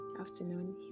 afternoon